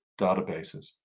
databases